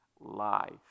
life